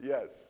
Yes